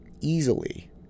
easily